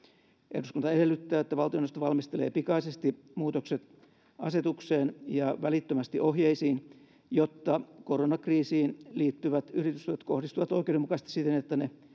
eduskunta edellyttää että valtioneuvosto valmistelee pikaisesti muutokset asetukseen ja välittömästi ohjeisiin jotta koronakriisiin liittyvät yritystuet kohdistuvat oikeudenmukaisesti siten että ne